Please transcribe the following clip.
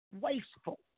wasteful